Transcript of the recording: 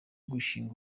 gushing